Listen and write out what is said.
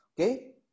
okay